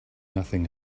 nothing